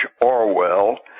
Orwell